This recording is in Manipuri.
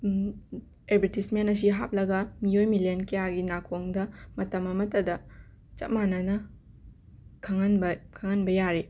ꯑꯦꯗꯚꯔꯇꯤꯁꯃꯦꯟ ꯑꯁꯤ ꯍꯥꯞꯂꯒ ꯃꯤꯑꯣꯏ ꯃꯤꯂꯤꯌꯟ ꯀꯌꯥꯒꯤ ꯅꯥꯀꯣꯡꯗ ꯃꯇꯝ ꯑꯃꯠꯇꯗ ꯆꯞ ꯃꯥꯟꯅꯅ ꯈꯪꯍꯟꯕ ꯈꯪꯍꯟꯕ ꯌꯥꯔꯤ